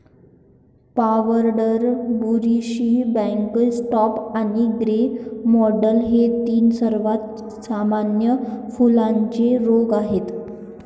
powder बुरशी, black spot आणि grey mould हे तीन सर्वात सामान्य फुलांचे रोग आहेत